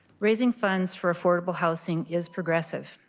raising funds for affordable housing is progressive.